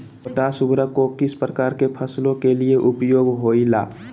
Potash उर्वरक को किस प्रकार के फसलों के लिए उपयोग होईला?